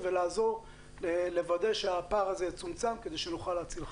ולעזור לוודא שהפער הזה יצומצם כדי שנוכל להציל חיים.